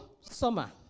summer